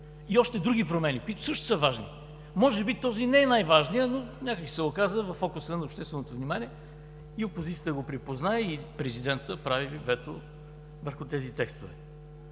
И още други промени, които също са важни. Може би този не е най-важният, но някак си се оказа във фокуса на общественото внимание – опозицията го припозна и президентът наложи вето върху тези текстове.